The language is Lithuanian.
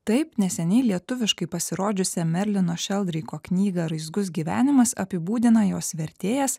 taip neseniai lietuviškai pasirodžiusią merlino šeldreiko knygą raizgus gyvenimas apibūdina jos vertėjas